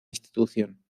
institución